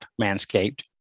Manscaped